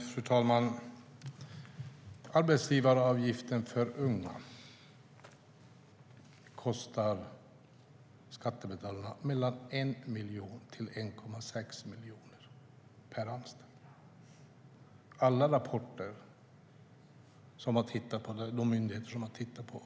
Fru talman! Arbetsgivaravgiften för unga kostar skattebetalarna mellan 1 miljon och 1,6 miljoner per anställd. Alla rapporter från de myndigheter som har tittat på